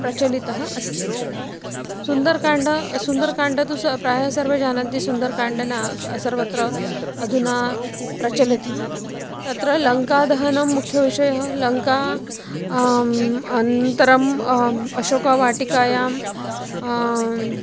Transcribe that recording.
प्रचलितः अस्ति सुन्दरकाण्डं सुन्दरकाण्डं तु स प्रायः सर्वे जानन्ति सुन्दरकाण्डेन सर्वत्र अधुना प्रचलति तत्र लङ्कादहनं मुख्यविषयः लङ्का अनन्तरम् अशोकावाटिकायां